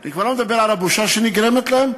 אני כבר לא מדבר על הבושה שנגרמת להם,